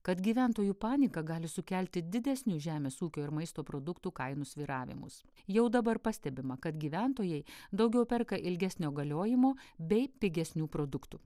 kad gyventojų panika gali sukelti didesnius žemės ūkio ir maisto produktų kainų svyravimus jau dabar pastebima kad gyventojai daugiau perka ilgesnio galiojimo bei pigesnių produktų